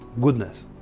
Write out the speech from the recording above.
goodness